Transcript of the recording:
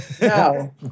no